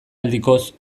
aldikoz